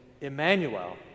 Emmanuel